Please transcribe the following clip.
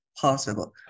possible